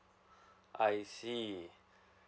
I see